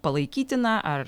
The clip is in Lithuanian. palaikytina ar